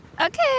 Okay